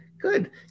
Good